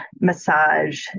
massage